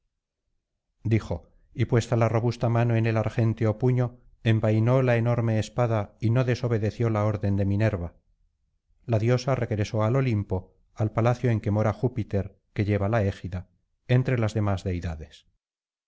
dijo y puesta la robusta mano en el argénteo puño envainó la enorme espada y no desobedeció la orden de minerva la diosa regresó al olimpo al palacio en que mora júpiter que lleva la égida entre las demás deidades